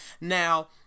now